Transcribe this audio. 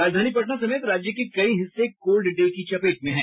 राजधानी पटना समेत राज्य के कई हिस्से कोल्ड डे की चपेट में हैं